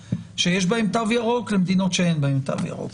שיש בהן תו ירוק למדינות שאין בהן תו ירוק.